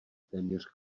téměř